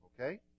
Okay